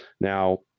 Now